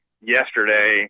yesterday